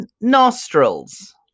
nostrils